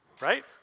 right